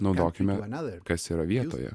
naudokime kas yra vietoje